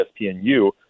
ESPNU